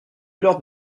l’heure